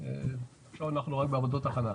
עכשיו אנחנו רק בעבודות הכנה.